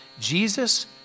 Jesus